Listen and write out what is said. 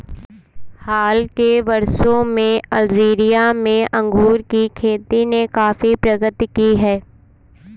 हाल के वर्षों में अल्जीरिया में अंगूर की खेती ने काफी प्रगति की है